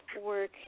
work